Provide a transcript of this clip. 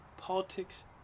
Politics